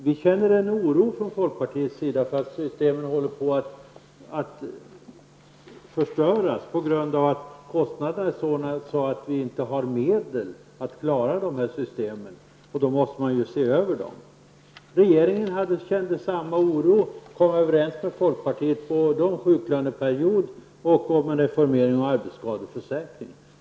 Vi från folkpartiet känner en oro för att systemen håller på att förstöras på grund av att kostnaderna är så höga att vi inte har medel att klara de här systemen. Då måste man ju se över dem. Regeringen kände samma oro och kom överens med folkpartiet om både sjuklöneperiod och reformering av arbetsskadeförsäkringen.